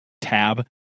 tab